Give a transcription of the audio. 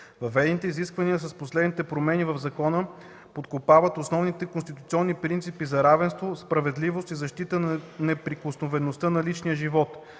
Въведените изисквания с последните промени в закона подкопават основните конституционни принципи за равенство, справедливост и защита на неприкосновеността на личния живот.